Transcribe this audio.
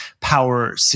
power